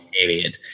period